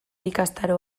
ikastaro